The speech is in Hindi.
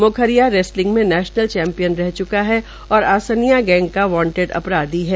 मोखरिया रेसलिंग में नैशनल चैम्पियन रह च्का है और आसनिया गैंग का वांटेटिड अपराधी है